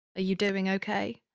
you doing ok?